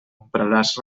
compraràs